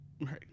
Right